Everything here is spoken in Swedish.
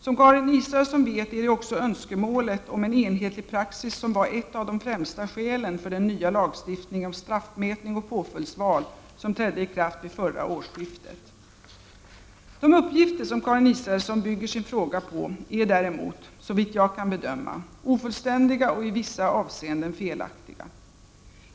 Som Karin Israelsson vet är det också önskemålet om en enhetlig praxis som var ett av de främsta skälen för den nya lagstiftningen om straffmätning och påföljdsval som trädde i kraft vid förra årsskiftet. De uppgifter som Karin Israelsson bygger sin fråga på är däremot, såvitt jag kan bedöma, ofullständiga och i vissa avseenden felaktiga.